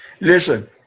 Listen